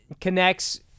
connects